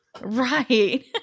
right